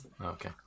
Okay